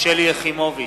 שלי יחימוביץ,